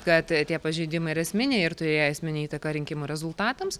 kad tie pažeidimai esminiai ir turėję esminę įtaką rinkimų rezultatams